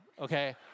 okay